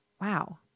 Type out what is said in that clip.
Wow